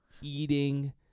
eating